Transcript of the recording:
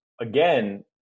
Again